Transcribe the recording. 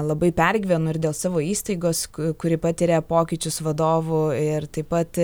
labai pergyvenu ir dėl savo įstaigos kuri patiria pokyčius vadovų ir taip pat